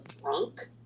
drunk